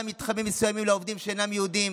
מתחמים מסוימים לעובדים שאינם יהודים,